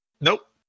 Nope